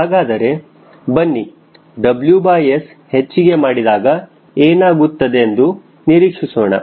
ಹಾಗಾದರೆ ಬನ್ನಿ WS ಹೆಚ್ಚಿಗೆ ಮಾಡಿದಾಗ ಏನಾಗುತ್ತದೆಂದು ನಿರೀಕ್ಷಿಸೋಣ